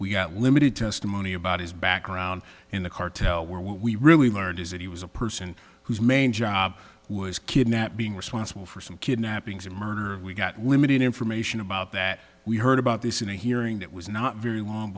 we got limited testimony about his background in the cartel where we really learned is that he was a person whose main job was kidnapped being responsible for some kidnappings and murder and we got limited information about that we heard about this in a hearing that was not very long